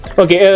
okay